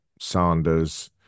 Sanders